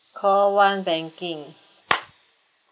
call one banking